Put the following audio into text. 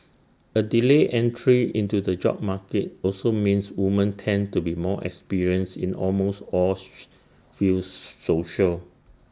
A delayed entry into the job market also means woman tend to be more experienced in almost all fields social